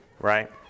right